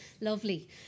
Lovely